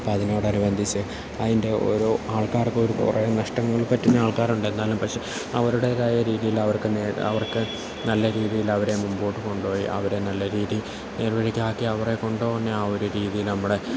അപ്പോൾ അതിനോടനുബന്ധിച്ച് അതിൻ്റെ ഓരോ ആൾക്കാര്ക്കൊരു കുറെ നഷ്ടങ്ങൾ പറ്റുന്നയാൾക്കാരൊണ്ടെന്നാലും പക്ഷെ അവരുടേതായ രീതിയിൽ അവർക്ക് അവർക്ക് നല്ല രീതിലവര് മുമ്പോട്ട് കൊണ്ടുപോയി അവരെ നല്ല രീതിയിൽ നേർവഴിക്കാക്കി അവരെ കൊണ്ടുവന്ന് ഒരു രീതിയിൽ നമ്മുടെ